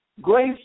grace